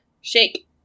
shake